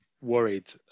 worried